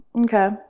Okay